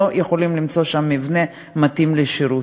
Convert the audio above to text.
לא יכולים למצוא שם מבנה מתאים לשירות.